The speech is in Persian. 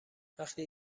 وقتی